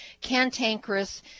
cantankerous